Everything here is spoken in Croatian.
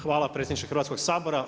Hvala predsjedniče Hrvatskog sabora.